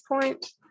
point